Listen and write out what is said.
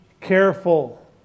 careful